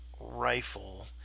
rifle